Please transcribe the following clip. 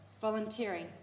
volunteering